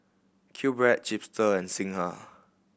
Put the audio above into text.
QBread Chipster and Singha